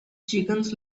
chickens